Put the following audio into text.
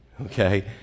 okay